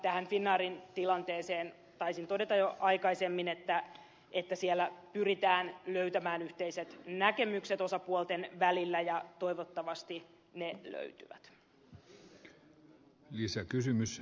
tähän finnairin tilanteeseen taisin todeta jo aikaisemmin että siellä pyritään löytämään yhteiset näkemykset osapuolten välillä ja toivottavasti ne löytyvät